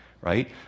Right